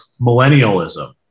millennialism